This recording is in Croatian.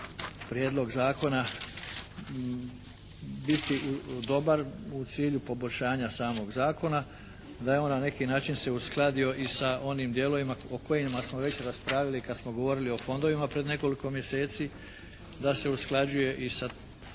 Prijedlog zakon biti dobar u cilju poboljšanja samog zakona, da je on na neki način se uskladio i sa onim dijelovima o kojima smo već raspravili kad smo govorili o fondovima pred nekoliko mjeseci, da se usklađuje i sa tim